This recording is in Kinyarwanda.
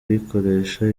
kuyikoresha